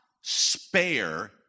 spare